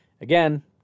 Again